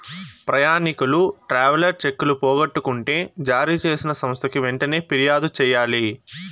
ప్రయాణికులు ట్రావెలర్ చెక్కులు పోగొట్టుకుంటే జారీ చేసిన సంస్థకి వెంటనే ఫిర్యాదు చెయ్యాలి